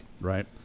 Right